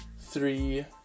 three